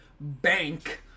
bank